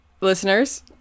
listeners